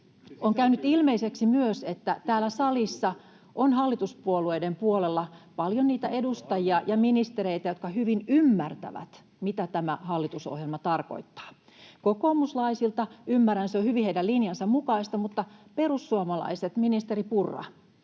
On käynyt ilmeiseksi myös, että täällä salissa on hallituspuolueiden puolella paljon niitä edustajia ja ministereitä, jotka hyvin ymmärtävät, mitä tämä hallitusohjelma tarkoittaa. Kokoomuslaisilta sen ymmärrän, se on hyvin heidän linjansa mukaista. Mutta perussuomalaiset, ministeri Purra,